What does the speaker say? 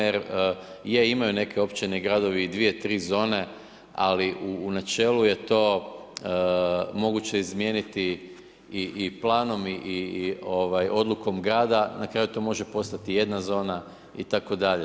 Je, imaju neke općine i gradovi i dvije, tri zone, ali u načelu je to moguće izmijeniti i planom i odlukom grada, na kraju to može postati jedna zona itd.